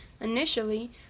Initially